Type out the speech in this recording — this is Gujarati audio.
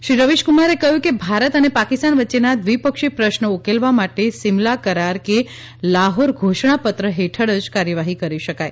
શ્રી રવીશક્રમારે કહ્યું કે ભારત અને પાકિસ્તાન વચ્ચેના દ્વિપક્ષી પ્રશ્રો ઉકેલવા માટે સિમલા કરાર કે લાહોર ધોષણાપત્ર હેઠળ જ કારવાર્ફી કરી શકાય